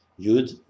yud